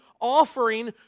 offering